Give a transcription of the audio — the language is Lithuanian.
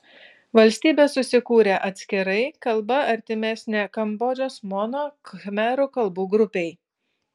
valstybė susikūrė atskirai kalba artimesnė kambodžos mono khmerų kalbų grupei